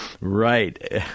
Right